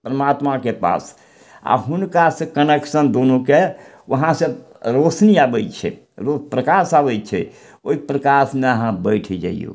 परमात्माके पास आओर हुनकासँ कनेक्शन दुन्नूके वहाँसँ रौशनी अबय छै रौद्र प्रकाश अबय छै ओइ प्रकाशमे अहाँ बैठ जइयौ